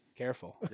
Careful